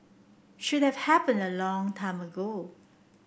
should have happen a long time ago